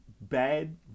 bad